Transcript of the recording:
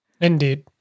Indeed